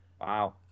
Wow